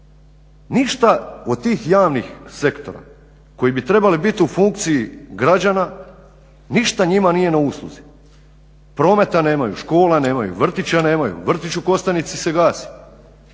Ništa od tih javnih sektora koji bi trebali biti u funkciji građana, ništa njima nije na usluzi. Prometa nemaju, škole nemaju vrtića nemaju. Vrtić u Kostajnici se gasi,